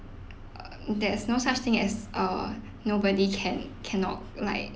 uh there's no such thing as err nobody can cannot like